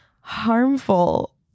harmful